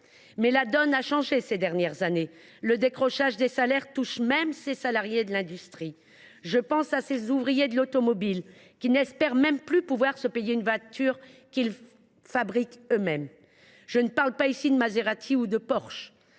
la donne a changé ces dernières années : le décrochage des salaires touche même ces salariés de l’industrie. Je pense aux ouvriers de l’automobile, qui n’espèrent même plus se payer une des voitures qu’ils fabriquent – et je ne parle pas de Maserati ou de Porsche